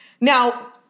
Now